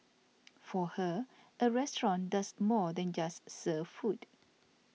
for her a restaurant does more than just serve food